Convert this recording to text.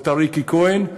אותה ריקי כהן,